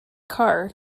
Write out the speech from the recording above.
car